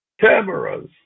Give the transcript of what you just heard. cameras